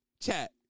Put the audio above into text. Chat